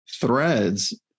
threads